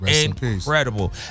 incredible